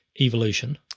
evolution